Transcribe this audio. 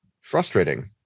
frustrating